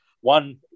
one